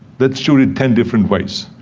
let's shoot it ten different ways.